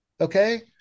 Okay